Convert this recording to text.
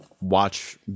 watch